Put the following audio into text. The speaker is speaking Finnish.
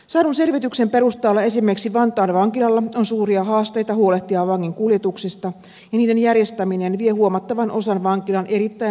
saadun selvityksen perusteella esimerkiksi vantaan vankilalla on suuria haasteita huolehtia vangin kuljetuksista ja niiden järjestäminen vie huomattavan osan vankilan erittäin rajallisista resursseista